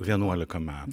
vienuolika me